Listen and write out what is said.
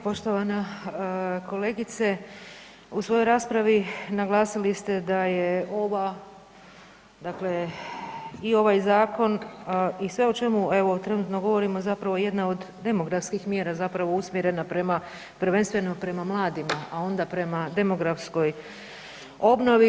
Poštovana kolegice, u svojoj raspravi naglasili ste da je ova dakle i ovaj Zakon i sve o čemu evo trenutno govorimo zapravo jedna od demografskih mjera zapravo usmjerena prema prvenstveno prema mladima, a onda prema demografskoj obnovi.